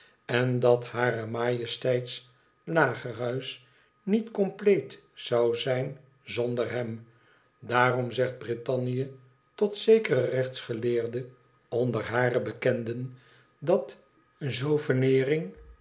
en dat harer majesteits lagerhuis niet compleet zou zijn zonder hem daarom zegt britannië tot zekeren rechtsgeleerde onder hare bekenden dat